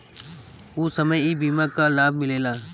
ऊ समय ई बीमा कअ लाभ मिलेला